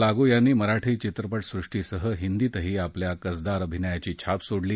लागू यांनी मराठी चित्रपटसृष्टीसह हिंदीतही आपल्या कसदार अभिनयाची छाप सोडली